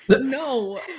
No